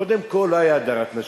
קודם כול לא היתה הדרת נשים.